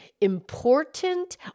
important